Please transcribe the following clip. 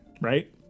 Right